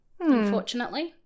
Unfortunately